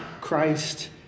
Christ